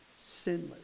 sinless